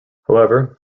however